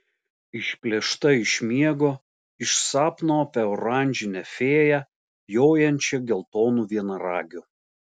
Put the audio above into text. išplėšta iš miego iš sapno apie oranžinę fėją jojančią geltonu vienaragiu